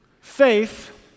Faith